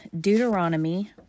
Deuteronomy